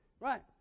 Right